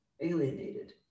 alienated